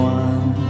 one